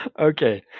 Okay